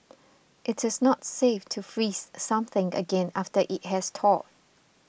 it is not safe to freeze something again after it has thawed